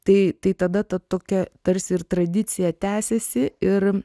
tai tai tada tokia tarsi ir tradicija tęsiasi ir